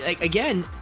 again